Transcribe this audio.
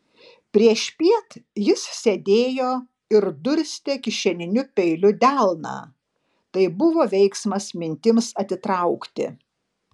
priešpiet jis sėdėjo ir durstė kišeniniu peiliu delną tai buvo veiksmas mintims atitraukti